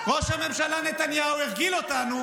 ראש הממשלה נתניהו הרגיל אותנו,